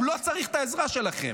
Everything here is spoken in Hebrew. הוא לא צריך את העזרה שלכם,